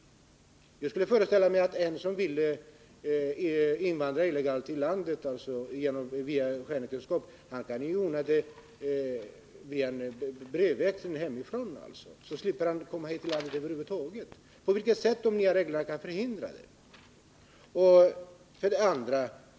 Jag föreställer mig att en person som vill invandra illegalt i landet genom skenäktenskap kan ordna det genom en brevväxling hemifrån. Han slipper då komma hit till landet över huvud taget. På vilket sätt kan alltså de nya reglerna förhindra detta?